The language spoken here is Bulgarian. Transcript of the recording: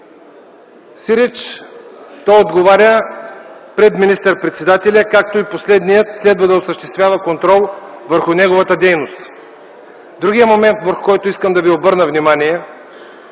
Сиреч той отговаря пред министър-председателя, както и последният следва да осъществява контрол върху неговата дейност. Другия момент, на който искам да ви обърна внимание.